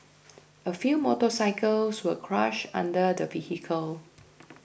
a few motorcycles were crushed under the vehicle